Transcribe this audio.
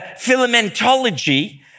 filamentology